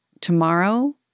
tomorrow